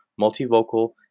multivocal